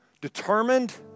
determined